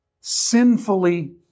Sinfully